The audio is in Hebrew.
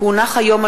כי הונחו היום על